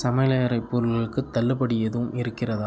சமையலறை பொருட்களுக்கு தள்ளுபடி எதுவும் இருக்கிறதா